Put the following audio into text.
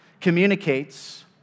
communicates